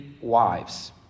wives